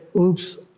oops